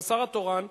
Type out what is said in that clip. והשר התורן,